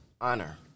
Honor